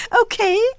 okay